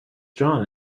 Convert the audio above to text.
john